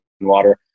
water